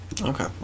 Okay